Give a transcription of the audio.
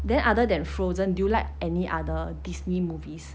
then other than frozen do you like any other Disney movies